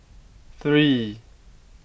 three